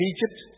Egypt